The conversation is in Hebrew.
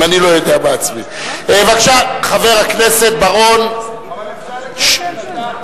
בבקשה, חבר הכנסת בר-און.